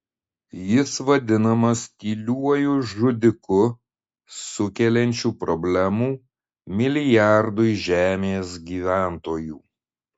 jis vadinamas tyliuoju žudiku sukeliančiu problemų milijardui žemės gyventojų